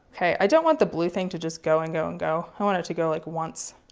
okay, i don't want the blue thing to just go and go and go i want it to go, like, once.